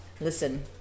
Listen